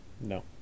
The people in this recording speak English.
No